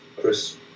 Chris